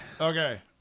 Okay